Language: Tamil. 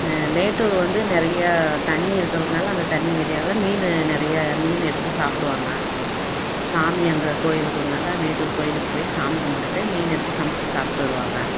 மேட்டூர் வந்து நிறைய தண்ணி இருக்கிறதனால அந்த தண்ணி ஏரியாவில் மீன் நிறைய மீன் எடுத்து சாப்பிடுவாங்க சாமி அங்கே கோவில் இருக்கிறதுனால மேட்டூர் கோவிலுக்கு போய் சாமி கும்பிட்டுட்டு மீன் எடுத்து சமைத்து சாப்பிட்டு வருவாங்க